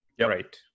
Right